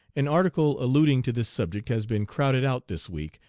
an article alluding to this subject has been crowded out this week,